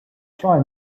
try